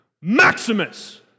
Maximus